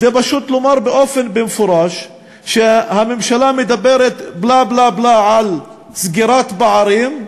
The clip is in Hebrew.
פשוט כדי לומר במפורש שהממשלה מדברת בלה-בלה-בלה על צמצום פערים,